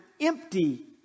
empty